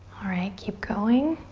alright, keep going.